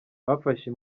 bafashe